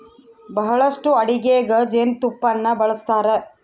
ಬಹಳಷ್ಟು ಅಡಿಗೆಗ ಜೇನುತುಪ್ಪನ್ನ ಬಳಸ್ತಾರ